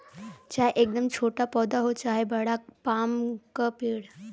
चाहे एकदम छोटा पौधा हो चाहे बड़ा पाम क पेड़